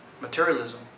materialism